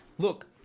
Look